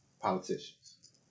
politicians